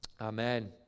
Amen